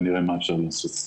ונראה מה אפשר לעשות.